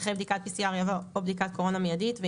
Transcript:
ההגדרה "תקנות חובת ביצוע בדיקה" תימחק.